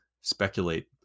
speculate